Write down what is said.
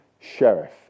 Sheriff